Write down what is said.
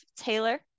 taylor